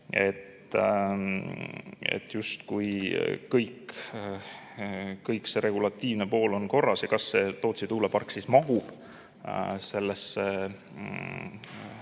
et justkui kogu see regulatiivne pool on korras ja kas see Tootsi tuulepark siis mahub selle